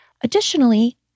Additionally